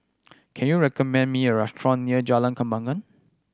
can you recommend me a restaurant near Jalan Kembangan